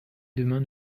demain